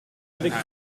avec